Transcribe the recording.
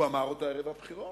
הוא אמר אותה ערב הבחירות.